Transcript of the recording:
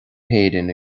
héireann